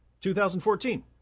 2014